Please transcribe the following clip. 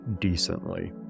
decently